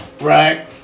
right